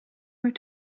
were